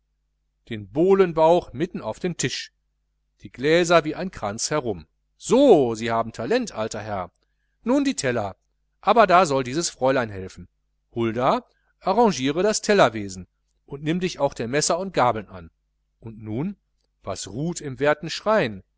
den bowlenbauch mitten auf den tisch die gläser wie ein kranz herum so sie haben talent alter herr nun die teller aber da soll dieses fräulein helfen hulda arrangiere das tellerwesen und nimm dich auch der messer und gabeln an und nun was ruht im werten schrein